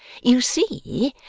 you see,